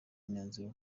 imyanzuro